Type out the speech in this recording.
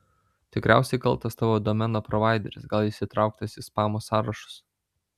tikriausiai kaltas tavo domeno provaideris gal jis įtrauktas į spamo sąrašus